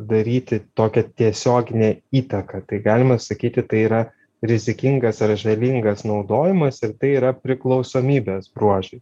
daryti tokią tiesioginę įtaką tai galima sakyti tai yra rizikingas ar žalingas naudojimas ir tai yra priklausomybės bruožai